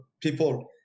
people